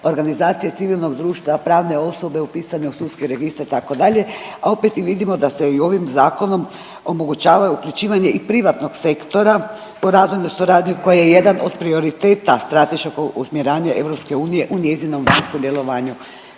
organizacije civilnog društva, pravne osobe upisane u sudski registar itd., a opet i vidimo da se i ovim zakonom omogućava uključivanje i privatnog sektora po razvojnoj suradnji koja je jedan od prioriteta strateškog usmjeravanja EU u njezinom vanjskom djelovanju,